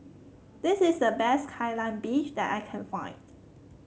this is the best Kai Lan Beef that I can find